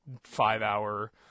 five-hour